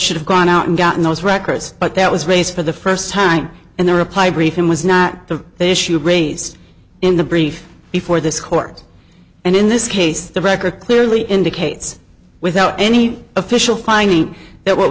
should have gone out and gotten those records but that was race for the first time in their reply brief and was not the issue raised in the brief before this court and in this case the record clearly indicates without any official finding that what